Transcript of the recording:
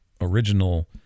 original